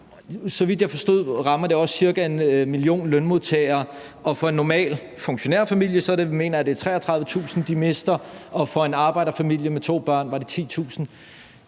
Så vidt jeg forstod, rammer det også ca. 1 million lønmodtagere. For en normal funktionærfamilie mener jeg, at det er 33.000 kr., de mister, og for en arbejderfamilie med to børn er det 10.000